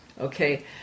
Okay